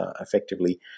effectively